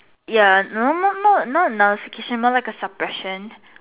ya no no no not it's more like a suppression